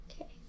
Okay